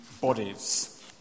bodies